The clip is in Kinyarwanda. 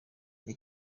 iyi